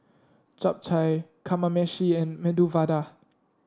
Japchae Kamameshi and Medu Vada